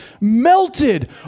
melted